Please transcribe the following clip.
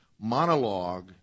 monologue